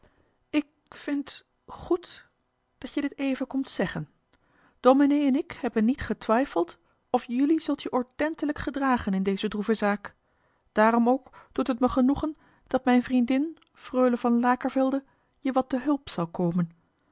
ik vind goed dat je dit even komt zeggen dominee en ik hebben niet getwijfeld of jullie zult je ordentelijk gedragen in deze droeve zaak daarom ook doet het me genoegen dat mijn vriendin freule van lakervelde je wat te hulp zal komen